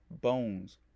bones